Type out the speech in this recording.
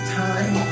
time